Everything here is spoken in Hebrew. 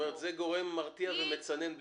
בעצם אומרת שזה גורם מרתיע ומצנן,